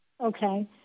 Okay